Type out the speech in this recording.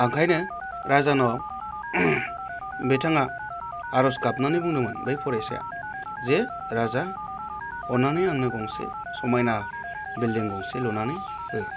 ओंखायनो राजानाव बिथाङा आर'ज गाबनानै बुंदोंमोन बै फरायसाया जे राजा अन्नानै आंनो गंसे समायना बिल्दिं गंसे लुनानै हो